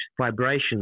vibrations